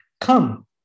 Come